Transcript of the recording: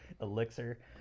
elixir